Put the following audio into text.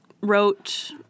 wrote